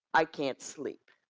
i can't sleep.